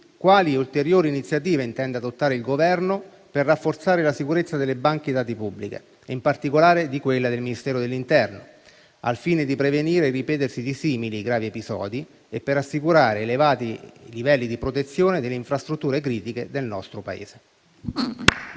quali ulteriori iniziative intenda adottare il Governo per rafforzare la sicurezza delle banche dati pubbliche e, in particolare di quella del Ministero dell'interno, al fine di prevenire il ripetersi di simili, gravi episodi, e per assicurare elevati livelli di protezione delle infrastrutture critiche del nostro Paese.